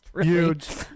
Huge